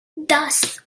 thus